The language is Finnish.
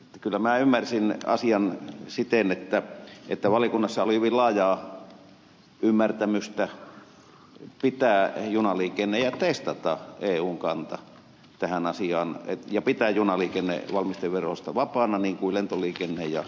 kyllä minä ymmärsin asian siten että valiokunnassa oli hyvin laajaa ymmärtämystä testata eun kanta tähän asiaan ja pitää junaliikenne valmisteverosta vapaana niin kuin lentoliikenne ja